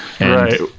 right